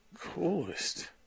Coolest